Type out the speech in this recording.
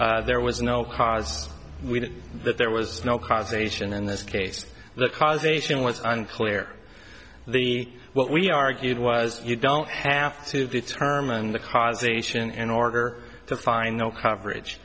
there was no cause we did that there was no cause ation in this case the causation was unclear the what we argued was you don't have to determine the cause ation in order to find no coverage